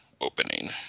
opening